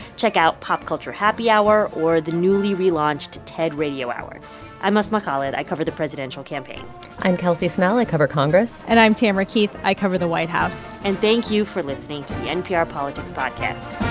check out pop culture happy hour or the newly relaunched ted radio hour i'm asma khalid. i cover the presidential campaign i'm kelsey snell. i cover congress and i'm tamara keith. i cover the white house and thank you for listening to the npr politics podcast